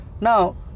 Now